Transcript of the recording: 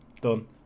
Done